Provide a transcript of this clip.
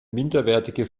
minderwertige